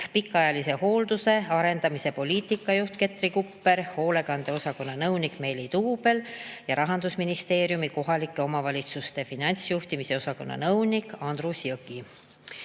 pikaajalise hoolduse arendamise poliitika juht Ketri Kupper ja hoolekandeosakonna nõunik Meeli Tuubel ning Rahandusministeeriumi kohalike omavalitsuste finantsjuhtimise osakonna nõunik Andrus Jõgi.